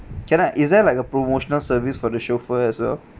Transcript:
can I is there like a promotional service for the chauffeur as well